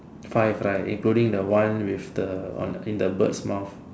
five right including the one with the on the in the bird's mouth